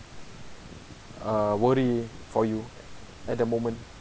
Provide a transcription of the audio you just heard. uh worry for you at the moment